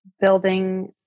building